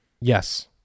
Yes